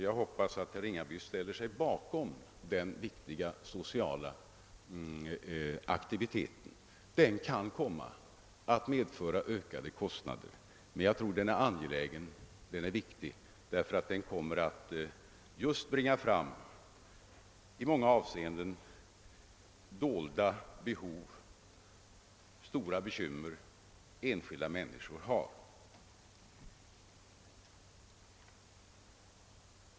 Jag hoppas att herr Ringaby ställer sig bakom den viktiga sociala aktiviteten. Den kan komma att medföra ökade kostnader, men jag tror att den är angelägen och viktig, därför att den just bringar fram i dagen de i många avseenden dolda behov och stora bekymmer som enskilda människor har.